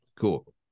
Cool